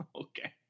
Okay